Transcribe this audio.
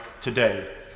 today